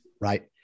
right